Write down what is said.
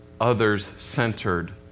others-centered